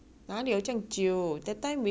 emma and karen right